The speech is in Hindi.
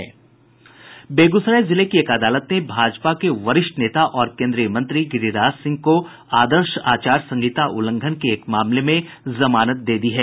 बेगूसराय जिले की एक अदालत ने भाजपा के वरिष्ठ नेता और केन्द्रीय मंत्री गिरिराज सिंह को आदर्श आचार संहिता उल्लंघन के एक मामले में जमानत दे दी है